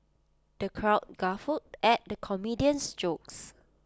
the crowd guffawed at the comedian's jokes